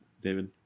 David